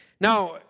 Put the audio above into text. Now